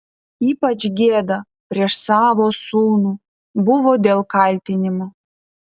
ypač gėda prieš savo sūnų buvo dėl kaltinimo